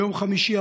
ביום חמישי,